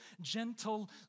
gentle